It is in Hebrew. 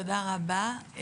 תודה רבה,